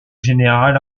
général